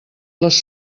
les